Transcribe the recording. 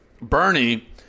Bernie